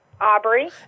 Aubrey